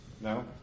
No